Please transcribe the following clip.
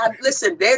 Listen